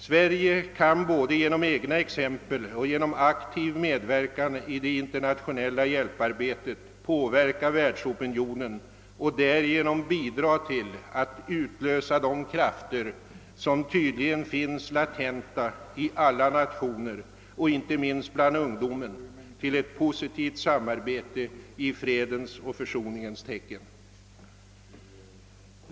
Sverige kan både genom egna exempel och genom aktiv medverkan i det internationella hjälparbetet påverka världsopinionen och därigenom bidra till att utlösa de krafter som tydligen finns latenta i alla nationer, inte minst bland ungdomen, till ett positivt samarbete i fredens och försoningens tecken.